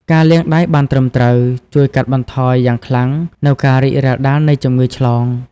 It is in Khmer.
ការលាងដៃបានត្រឹមត្រូវ ជួយកាត់បន្ថយយ៉ាងខ្លាំងនូវការរីករាលដាលនៃជំងឺឆ្លង។